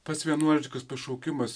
pats vienuoliškas pašaukimas